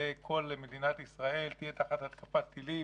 כל מדינת ישראל תהיה תחת התקפת טילים,